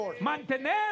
mantener